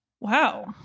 Wow